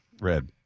red